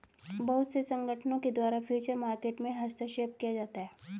बहुत से संगठनों के द्वारा फ्यूचर मार्केट में हस्तक्षेप किया जाता है